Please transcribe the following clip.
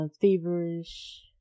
feverish